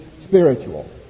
spiritual